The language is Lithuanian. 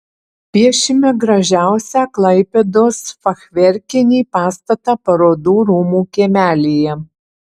piešime gražiausią klaipėdos fachverkinį pastatą parodų rūmų kiemelyje